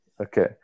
Okay